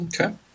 Okay